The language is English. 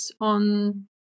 on